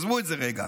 עזבו את זה רגע.